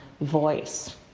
voice